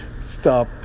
stop